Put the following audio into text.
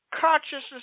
consciousness